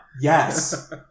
yes